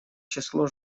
число